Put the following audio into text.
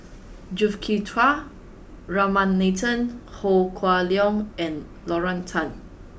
Juthika Ramanathan Ho Kah Leong and Lorna Tan